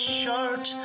short